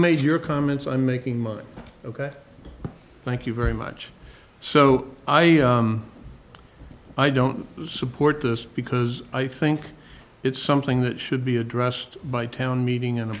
made your comments i'm making money ok thank you very much so i i don't support this because i think it's something that should be addressed by town meeting and